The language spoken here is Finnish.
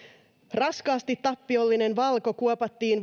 raskaasti tappiollinen valco kuopattiin